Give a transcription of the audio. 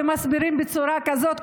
ומסבירים בצורה כזאת,